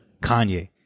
Kanye